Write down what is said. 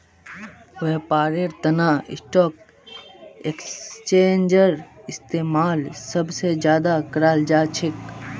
व्यापारेर तना स्टाक एक्स्चेंजेर इस्तेमाल सब स ज्यादा कराल जा छेक